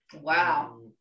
Wow